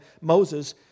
Moses